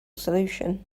solution